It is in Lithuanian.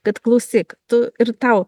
kad klausyk tu ir tau